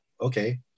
Okay